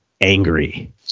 angry